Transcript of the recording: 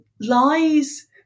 lies